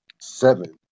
seven